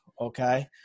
okay